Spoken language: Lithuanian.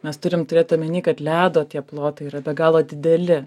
mes turim turėt omeny kad ledo tie plotai yra be galo dideli